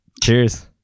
cheers